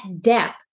depth